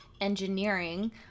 engineering –